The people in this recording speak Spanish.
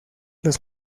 los